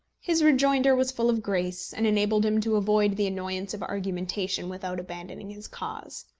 his rejoinder was full of grace, and enabled him to avoid the annoyance of argumentation without abandoning his cause.